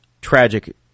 tragic